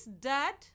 dad